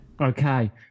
Okay